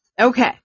Okay